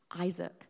Isaac